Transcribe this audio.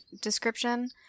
description